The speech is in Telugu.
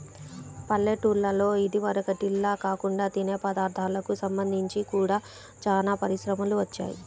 పల్లెటూల్లలో ఇదివరకటిల్లా కాకుండా తినే పదార్ధాలకు సంబంధించి గూడా చానా పరిశ్రమలు వచ్చాయ్